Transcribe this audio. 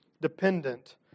dependent